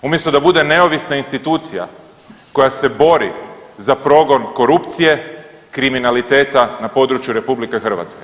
Umjesto da bude neovisna institucija koja se bori za progon korupcije, kriminaliteta na području RH.